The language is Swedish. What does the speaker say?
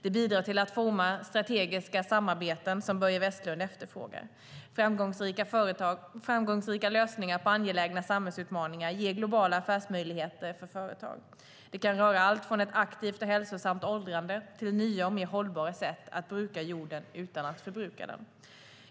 Det bidrar till att forma strategiska samarbeten som Börje Vestlund efterfrågar. Framgångsrika lösningar på angelägna samhällsutmaningar ger globala affärsmöjligheter för företag. Det kan röra allt från ett aktivt och hälsosamt åldrande till nya och mer hållbara sätt att bruka jorden utan att förbruka den.